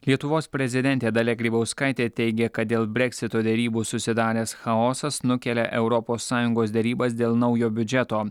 lietuvos prezidentė dalia grybauskaitė teigė kad dėl breksito derybų susidaręs chaosas nukelia europos sąjungos derybas dėl naujo biudžeto